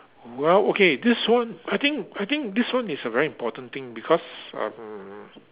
well okay this one I think I think this one is a very important thing because um